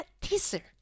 teaser